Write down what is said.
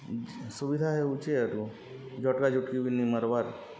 ସୁବିଧା ହେଉଚେ ଆରୁ ଝଟ୍କା ଝୁଟ୍କି ବି ନିି ମାର୍ବାର୍